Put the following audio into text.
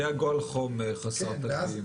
כי היה גל חום חסר תקדים.